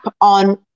on